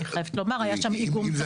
אני חייבת לומר, היה שם איגום תקציבי.